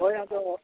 ᱦᱳᱭ ᱟᱫᱚ